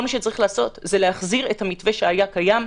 כל שצריך לעשות הוא להחזיר את המתווה שהיה קיים,